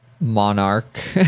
monarch